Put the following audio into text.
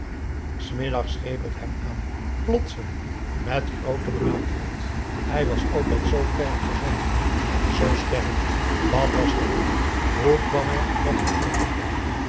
s middags greep het hem aan plotseling met groote benauwdheid hij was altijd z kerngezond en z sterk wat was dat nu hoe kwam hij aan dat gevoel van pijn